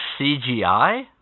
CGI